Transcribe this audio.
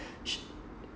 sh~